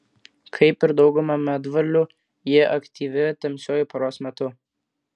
kaip ir dauguma medvarlių ji aktyvi tamsiuoju paros metu